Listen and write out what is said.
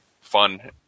fun